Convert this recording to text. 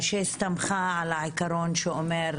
שהסתמכה על העיקרון שאומר,